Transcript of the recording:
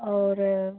और